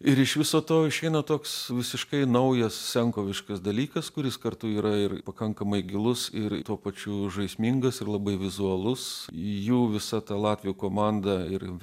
ir iš viso to išeina toks visiškai naujas senkoviškas dalykas kuris kartu yra ir pakankamai gilus ir tuo pačiu žaismingas ir labai vizualus jų visa ta latvių komanda ir